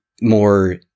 more